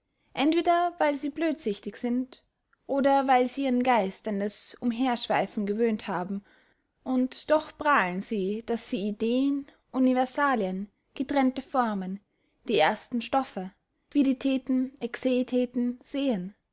entweder weil sie blödsichtig sind oder weil sie ihren geist an das umherschweifen gewöhnt haben und doch prahlen sie daß sie ideen universalien getrennte formen die ersten stoffe quidditäten ecceitäten sehen